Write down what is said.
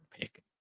pick